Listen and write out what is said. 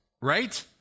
right